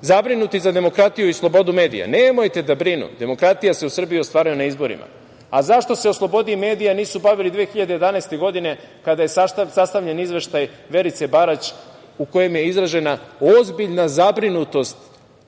Zabrinuti za demokratiju i slobodu medija. Nemojte da brinu. Demokratija se u Srbiji ostvaruje na izborima.Zašto se o slobodi medija nisu bavili 2011. godine, kada je sastavljen izveštaj Verice Barać u kojem je izražena ozbiljna zabrinutost